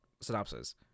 synopsis